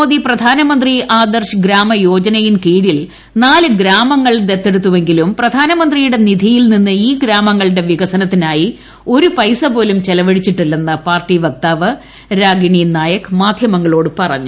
മോദി പ്രധാനമന്ത്രി ആദർശ് ഗ്രാമ യോജനയിൻ കീഴിൽ നാല് ഗ്രാമങ്ങൾ ദത്തെടുത്തുവെങ്കിലും പ്രധാനമന്ത്രിയുടെ നിധിയിൽ നിന്ന് ഈ ഗ്രാമങ്ങളുടെ വികസനത്തിനായി ഒരു പൈസാ പോലും ചെലവഴിച്ചിട്ടില്ലെന്ന് പാർട്ടി വക്താവ് രാഗിണി നായക് മാധ്യമങ്ങളോട് പറഞ്ഞു